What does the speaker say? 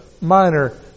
Minor